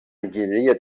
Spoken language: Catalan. enginyeria